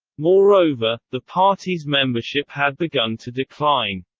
moreover, the party's membership had begun to decline.